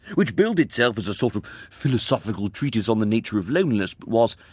which billed itself as a sort of philosophical treatise on the nature of loneliness but was,